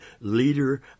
leader